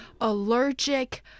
allergic